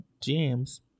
James